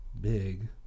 big